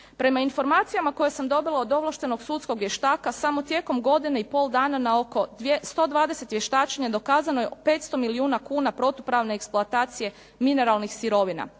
Prema informacijama koje sam dobila od ovlaštenog sudskog vještaka samo tijekom godine i pol dana na oko 120 vještačenja dokazano je 500 milijuna kuna protupravne eksploatacije mineralnih sirovina.